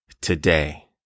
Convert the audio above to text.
today